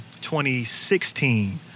2016